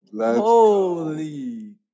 Holy